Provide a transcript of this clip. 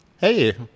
Hey